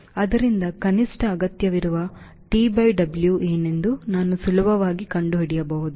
ಆದ್ದರಿಂದ ಕನಿಷ್ಟ ಅಗತ್ಯವಿರುವ T by W ಏನೆಂದು ನಾನು ಸುಲಭವಾಗಿ ಕಂಡುಹಿಡಿಯಬಹುದು